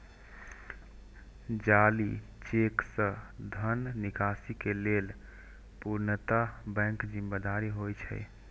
जाली चेक सं धन निकासी के लेल पूर्णतः बैंक जिम्मेदार होइ छै